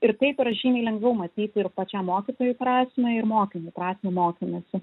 ir taip yra žymiai lengviau matyti ir pačiam mokytojui prasmę ir mokiniui prasmę mokymosi